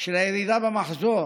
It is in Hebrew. של הירידה במחזור